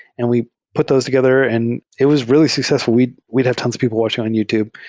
and we put those together and it was really successful. we'd we'd have tons of people watching on youtube.